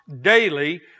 daily